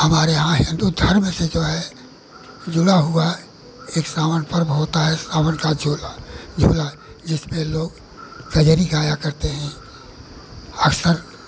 हमारे यहाँ हिन्दू धर्म से जो है जुड़ा हुआ एक सावन पर्व होता है सावन का झूला झूलन जिसमें लोग कजरी गाया करते हैं अक्सर